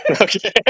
Okay